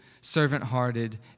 servant-hearted